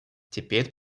теперь